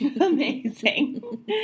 Amazing